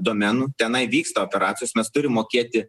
domenų tenai vyksta operacijos mes turim mokėti